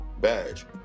badge